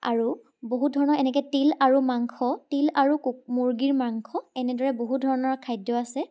আৰু বহুত ধৰণৰ এনেকৈ তিল আৰু মাংস তিল আৰু কু মুৰ্গীৰ মাংস এনেদৰে বহু ধৰণৰ খাদ্য আছে